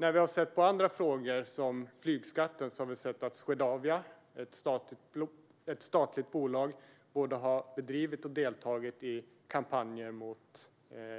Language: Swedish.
När vi ser på andra frågor, som flygskatten, vet vi att Swedavia, ett statligt bolag, både har bedrivit och har deltagit i kampanjer mot